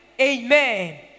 Amen